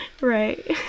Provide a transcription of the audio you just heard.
right